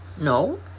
no